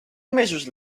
mesos